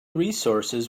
resources